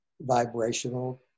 vibrational